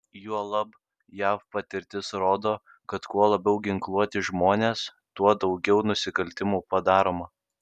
juolab jav patirtis rodo kad kuo labiau ginkluoti žmonės tuo daugiau nusikaltimų padaroma